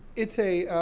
it's a,